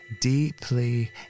deeply